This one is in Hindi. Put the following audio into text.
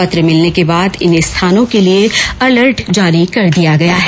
पत्र मिलने के बाद इन स्थानों के लिए अलर्ट जारी कर दिया गया है